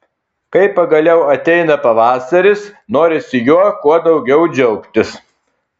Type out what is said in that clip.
kai pagaliau ateina pavasaris norisi juo kuo daugiau džiaugtis